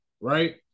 right